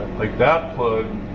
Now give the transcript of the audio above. like that plug,